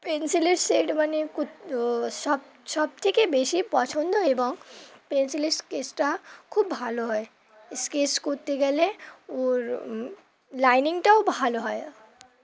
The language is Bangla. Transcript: পেনসিলের শেড মানে সব সবথেকে বেশি পছন্দ এবং পেনসিলের স্কেচটা খুব ভালো হয় স্কেচ করতে গেলে ওর লাইনিংটাও ভালো হয়